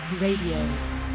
Radio